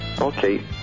Okay